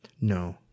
No